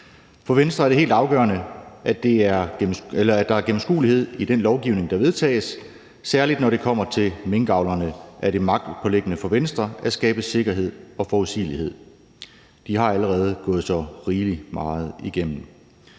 For Venstre er det helt afgørende, at der er gennemskuelighed i den lovgivning, der vedtages – særlig når det kommer til minkavlerne, er det magtpåliggende for Venstre at skabe sikkerhed og forudsigelighed. De har allerede gået så rigelig meget igennem.